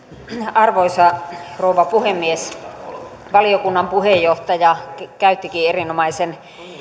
arvoisa rouva puhemies valiokunnan puheenjohtaja käyttikin erinomaisen